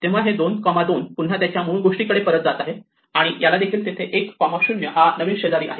तेव्हा हे 22 पुन्हा त्याच्या मूळ गोष्टीकडे परत जात आहे आणि याला देखील इथे 10 हा नवीन शेजारी आहे